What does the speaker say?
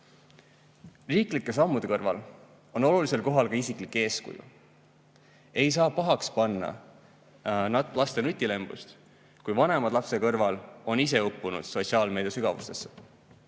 Riiklike sammude kõrval on olulisel kohal ka isiklik eeskuju. Ei saa pahaks panna laste nutilembust, kui vanemad lapse kõrval on ise uppunud sotsiaalmeedia sügavustesse.